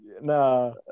no